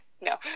no